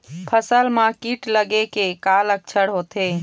फसल म कीट लगे के का लक्षण होथे?